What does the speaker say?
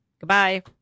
Goodbye